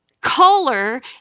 color